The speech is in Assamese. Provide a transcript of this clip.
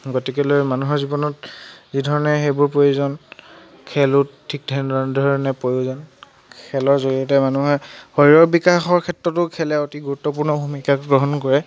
গতিকেলৈ মানুহৰ জীৱনত যিধৰণে সেইবোৰ প্ৰয়োজন খেলো ঠিক তেনেধৰণে প্ৰয়োজন খেলৰ জৰিয়তে মানুহে শৰীৰৰ বিকাশৰ ক্ষেত্ৰতো খেলে অতি গুৰুত্বপূৰ্ণ ভূমিকা গ্ৰহণ কৰে